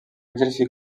exercir